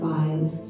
eyes